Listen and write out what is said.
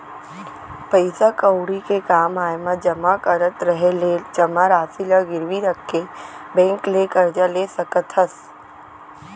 पइसा कउड़ी के काम आय म जमा करत रहें ले जमा रासि ल गिरवी रख के बेंक ले करजा ले सकत हस